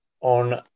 on